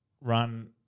run –